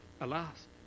Alas